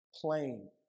plain